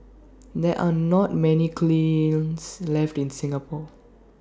there are not many kilns left in Singapore